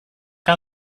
aan